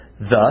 Thus